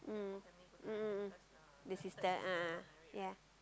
mm mm mm mm the sister a'ah yeah